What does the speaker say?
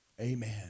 amen